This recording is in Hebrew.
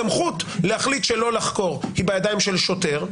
הסמכות להחליט שלא לחקור היא בידיים של שוטר,